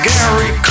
Gary